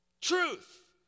Truth